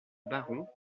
baron